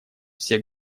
все